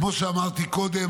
כמו שאמרתי קודם,